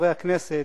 חברי הכנסת,